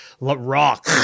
rock